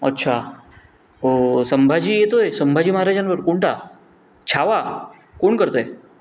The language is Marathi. अच्छा ओ संभाजी येतो आहे संभाजी महाराजांवर कोणता छावा कोण करतं आहे